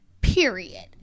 period